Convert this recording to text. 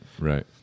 right